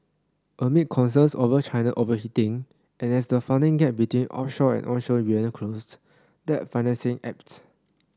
amid concerns over China overheating and as funding gap between offshore and onshore yuan closes that financing ebbs